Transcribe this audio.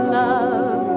love